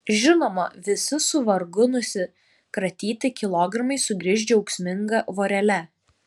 žinoma visi su vargu nusikratyti kilogramai sugrįš džiaugsminga vorele